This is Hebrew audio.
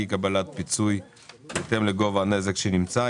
קבלת פיצוי בהתאם לגובה הנזק שנמצא.